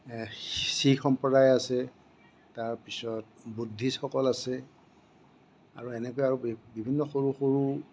শিখ সম্প্ৰদায় আছে তাৰপিছত বুদ্ধিছসকল আছে আৰু এনেকৈ আৰু বিভিন্ন সৰু সৰু